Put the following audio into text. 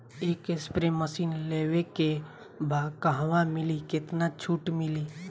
एक spray machine लेवे के बा कहवा मिली केतना छूट मिली?